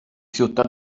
ciutat